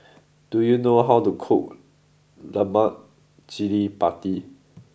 do you know how to cook Lemak Cili Padi